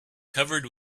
covered